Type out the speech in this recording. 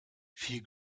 viel